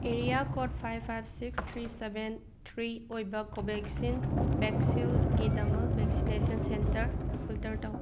area code five five six three seven three ꯑꯣꯏꯕ ꯀꯣꯕꯦꯛꯁꯤꯟ ꯕꯦꯛꯁꯤꯜꯒꯤꯗꯃꯛ vaccination centre filter ꯇꯧ